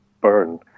burn